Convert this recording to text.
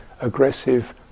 aggressive